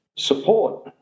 Support